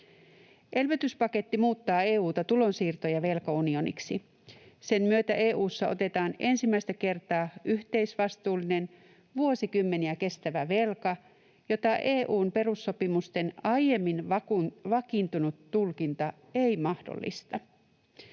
Elvytyspaketti muuttaa EU:ta tulonsiirto- ja velkaunioniksi. Sen myötä EU:ssa otetaan ensimmäistä kertaa yhteisvastuullinen, vuosikymmeniä kestävä velka, jota EU:n perussopimusten aiemmin vakiintunut tulkinta ei mahdollista.